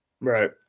Right